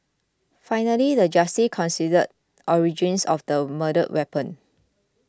finally the justice considered origins of the murder weapon